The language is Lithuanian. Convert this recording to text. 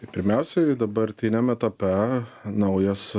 tai pirmiausiai dabartiniam etape naujas